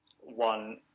one